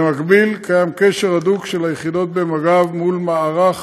במקביל, יש קשר הדוק של היחידות במג"ב עם מערך